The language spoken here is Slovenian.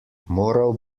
moral